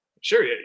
Sure